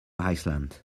iceland